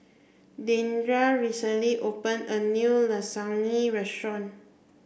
Deandra recently open a new Lasagne restaurant